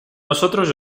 nosotros